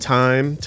time